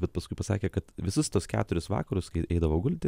bet paskui pasakė kad visus tuos keturis vakarus kai eidavo gulti